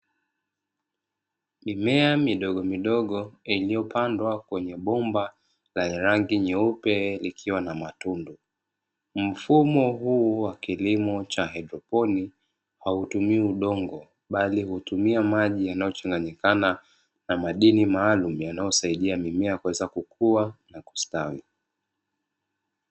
Mimea midogomidogo iliyopandwa kwenye bomba lenye rangi nyeupe likiwa na matundu. Mfumo huu wa kilimo cha haidroponi hautumii udongo bali hutumia maji yanayochanganikana na madini maalumu yanayosaidia mimea kuweza kukua na kustawi.